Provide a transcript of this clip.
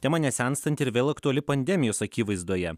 tema nesenstanti ir vėl aktuali pandemijos akivaizdoje